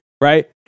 right